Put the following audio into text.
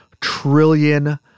trillion